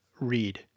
read